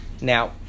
Now